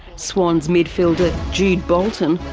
swans midfielder jude bolton,